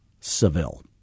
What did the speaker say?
Seville